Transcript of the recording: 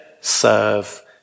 serve